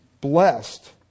blessed